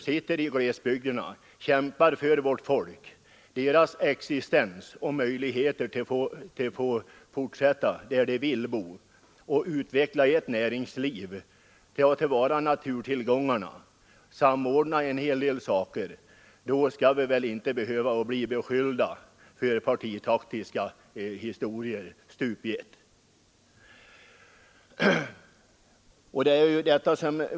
När vi i glesbygderna kämpar för människornas existens där, deras möjligheter att få bo kvar och utveckla ett näringsliv där och när vi arbetar för att man skall ta till vara naturtillgångarna osv., så skall vi väl inte stup i ett behöva bli beskyllda för att handla av partitaktiska skäl.